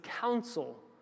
counsel